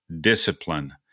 discipline